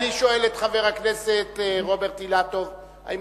אני שואל את חבר הכנסת רוברט אילטוב: האם